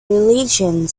religion